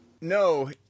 No